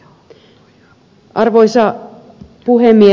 arvoisa puhemies